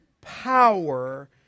power